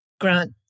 Grant